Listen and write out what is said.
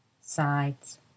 sides